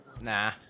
Nah